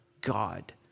God